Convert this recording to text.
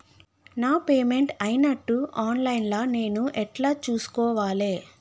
నా పేమెంట్ అయినట్టు online లా నేను ఎట్ల చూస్కోవాలే?